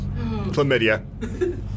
Chlamydia